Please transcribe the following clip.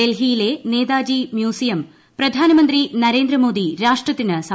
ഡൽഹിയിലെ നേതാജി മ്യൂസിയം പ്രധാനമന്ത്രി നരേന്ദ്രമോദി രാഷ്ട്രട്ടത്തിന് സമർപ്പിച്ചു